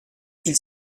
ils